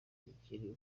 igikeri